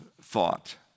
thought